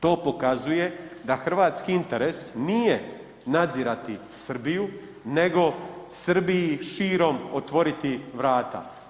To pokazuje da hrvatski interes nije nadzirati Srbiju nego Srbiji širom otvoriti vrata.